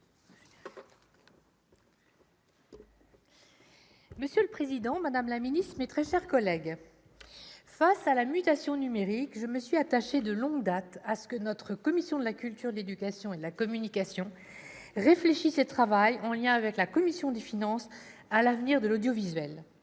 Monsieur le président, madame la ministre, mes très chers collègues, face à la mutation numérique, je me suis attachée de longue date à ce que la commission de la culture, de l'éducation et de la communication réfléchisse et travaille, en lien avec la commission des finances, à l'avenir de l'audiovisuel.